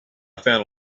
found